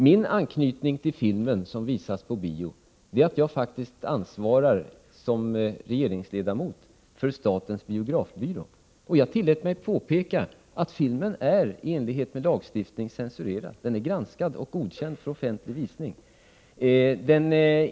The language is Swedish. Min anknytning till filmen, som visas på biograferna, är att jag som regeringsledamot ansvarar för statens biografbyrå. Jag tillät mig påpeka att filmen i enlighet med lagstiftningen är censurerad — den är granskad och godkänd för offentlig visning.